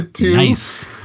nice